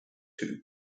two